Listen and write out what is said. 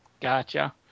Gotcha